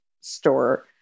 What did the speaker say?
store